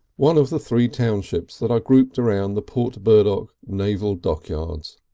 one of the three townships that are grouped around the port burdock naval dockyards.